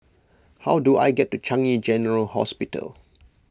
how do I get to Changi General Hospital